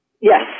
Yes